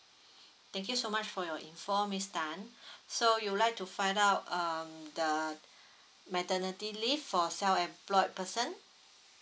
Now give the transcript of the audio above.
thank you so much for your info miss tan so you would like to find out um the maternity leave for self employed person